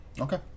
Okay